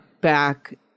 back